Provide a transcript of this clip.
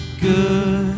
good